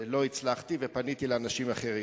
לא הצלחתי, ופניתי לאנשים אחרים.